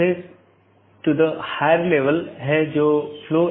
एक IBGP protocol है जो कि सब चीजों से जुड़ा हुआ है